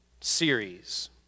series